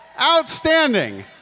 Outstanding